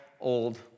Old